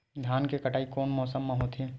धान के कटाई कोन मौसम मा होथे?